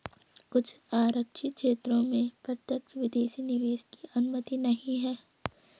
कुछ आरक्षित क्षेत्रों में प्रत्यक्ष विदेशी निवेश की अनुमति नहीं है